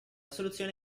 soluzione